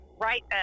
right